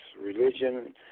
religion